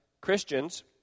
Christians